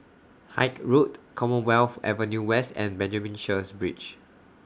Haig Road Commonwealth Avenue West and Benjamin Sheares Bridge